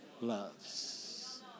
loves